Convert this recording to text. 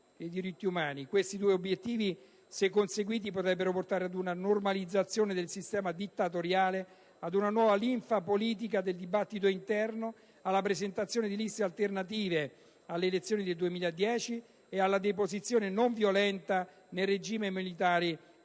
Questi due obiettivi, se conseguiti, potrebbero portare ad una normalizzazione del sistema dittatoriale, ad una nuova linfa politica di dibattito interno, alla presentazione di liste alternative alle elezioni del 2010 e alla deposizione non violenta del regime militare